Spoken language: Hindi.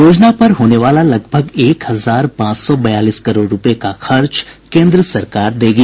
योजना पर होने वाला लगभग एक हजार पांच सौ बयालीस करोड़ रुपये का खर्च केंद्र सरकार देगी